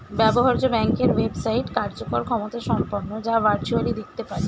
ব্যবহার্য ব্যাংকের ওয়েবসাইট কার্যকর ক্ষমতাসম্পন্ন যা ভার্চুয়ালি দেখতে পারি